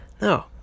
no